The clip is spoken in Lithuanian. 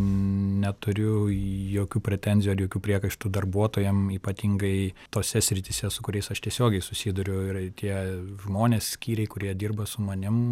neturiu jokių pretenzijų ar jokių priekaištų darbuotojam ypatingai tose srityse su kuriais aš tiesiogiai susiduriu ir tie žmonės skyriai kurie dirba su manim